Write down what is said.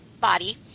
body